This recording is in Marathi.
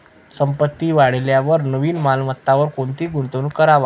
संपत्ती वाढेलवर नवीन मालमत्तावर कोणती गुंतवणूक करवा